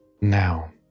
Now